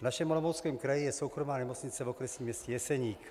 V našem Olomouckém kraji je soukromá nemocnice v okresním městě Jeseník.